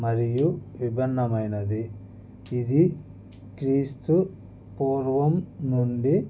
మరియు విభిన్నమైనది ఇది క్రీస్తు పూర్వం నుండి